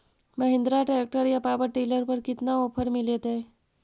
Mahindra tractor या power dealer पर कितना ओफर मीलेतय?